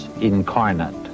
incarnate